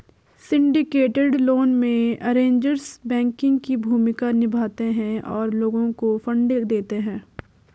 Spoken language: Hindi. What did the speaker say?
सिंडिकेटेड लोन में, अरेंजर्स बैंकिंग की भूमिका निभाते हैं और लोगों को फंड देते हैं